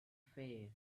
faith